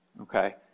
Okay